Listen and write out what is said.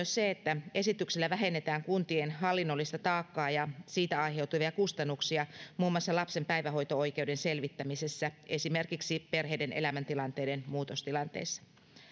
se että esityksellä vähennetään kuntien hallinnollista taakkaa ja siitä aiheutuvia kustannuksia muun muassa lapsen päivähoito oikeuden selvittämisessä esimerkiksi perheiden elämäntilanteiden muutostilanteissa